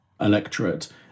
electorate